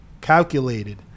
calculated